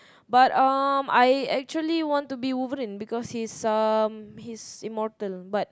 but um I actually want to be Wolverine because he's um he's immortal but